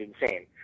insane